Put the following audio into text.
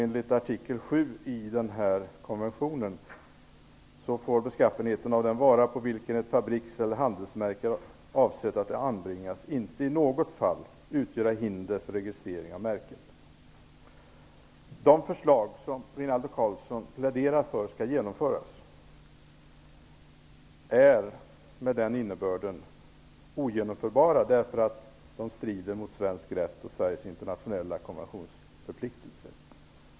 Enligt artikel 7 i denna konvention får beskaffenheten av den vara på vilken ett fabriks eller handelsmärke är avsedd att anbringas inte i något fall utgöra hinder för registrering av märket. De förslag som Rinaldo Karlsson pläderar för skall genomföras är med den innebörden ogenomförbara, därför att de strider mot svensk rätt och Sveriges internationella konventionsförpliktelser.